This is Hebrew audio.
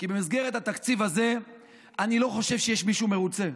כי במסגרת התקציב הזה אני לא חושב שיש מישהו מרוצה.